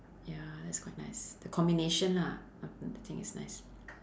ya that's quite nice the combination lah the thing is nice